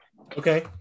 Okay